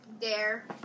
dare